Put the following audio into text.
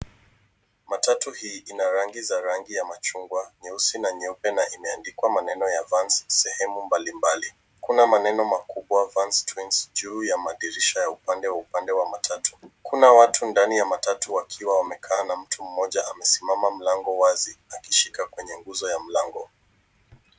Matatu hii ina rangi za rangi ya machungwa, nyeusi na nyeupe na imeandikwa maneno ya vans sehemu mbalimbali. Kuna maneno makubwa vans twins juu ya madirisha ya upande wa upande wa matatu. Kuna watu ndani ya matatu wakiwa wamekaa na mtu mmoja amesimama mlango wazi ukishika kwene nguzo ya mlango.